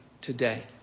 today